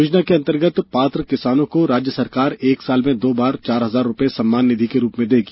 योजना के अंतर्गत पात्र किसानों को राज्य सरकार एक साल में दो बार चार हजार रुपये सम्मान निधि के रूप में देगी